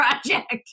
project